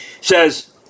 says